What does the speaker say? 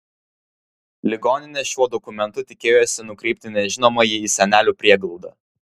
ligoninė šiuo dokumentu tikėjosi nukreipti nežinomąjį į senelių prieglaudą